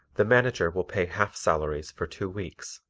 the manager will pay half salaries for two weeks,